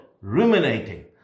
ruminating